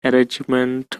arrangement